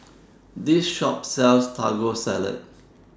This Shop sells Taco Salad